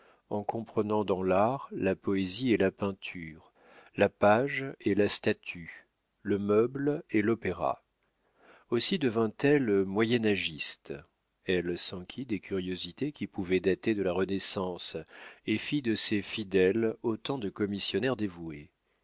en comprenant dans l'art la poésie et la peinture la page et la statue le meuble et l'opéra aussi devint-elle moyen âgiste elle s'enquit des curiosités qui pouvaient dater de la renaissance et fit de ses fidèles autant de commissionnaires dévoués